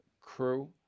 crew